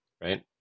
right